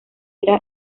eran